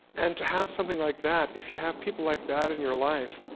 and to have something like that, if you have people like that in your life,